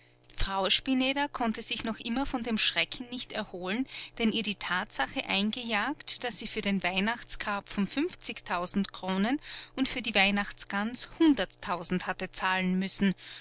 frau spineder konnte sich noch immer von dem schrecken nicht erholen den ihr die tatsache eingejagt daß sie für den weihnachtskarpfen fünfzigtausend kronen und für die weihnachtsgans hunderttausend hatte zahlen müssen